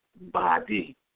body